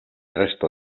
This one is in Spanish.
resto